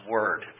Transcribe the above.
Word